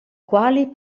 quali